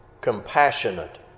compassionate